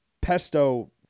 Pesto